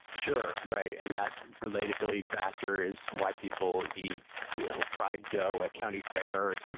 sure. right. and that relatability factor is why people eat you know fried dough at county fairs,